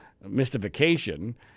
mystification